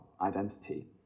identity